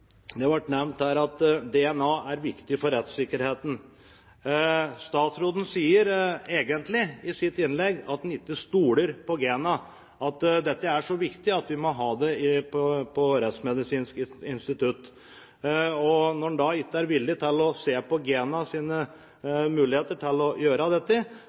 Det ble nevnt at DNA er viktig for rettssikkerheten. Statsråden sier egentlig i sitt innlegg at han ikke stoler på GENA – at dette er så viktig at vi må ha det på Rettsmedisinsk institutt. Når han da ikke er villig til å se på GENAs muligheter til å gjøre dette,